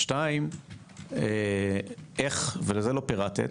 שתיים, לא פירטת